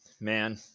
man